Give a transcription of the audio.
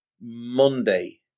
Monday